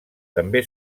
també